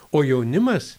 o jaunimas